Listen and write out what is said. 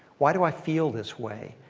why do i feel this way?